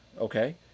okay